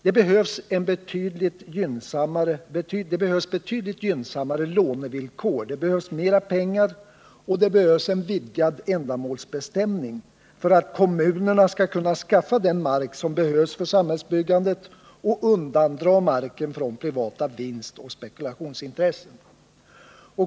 Det behövs betydligt gynnsammare lånevillkor, det behövs mera pengar, och det behövs en vidgad ändamålsbestämning för att kommunerna skall kunna skaffa den mark som erfordras för samhällsbyggandet och undandra marken från privata vinstoch spekulationsintressen.